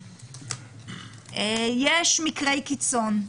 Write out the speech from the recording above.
יש מקרי קיצון,